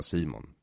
Simon